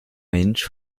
mensch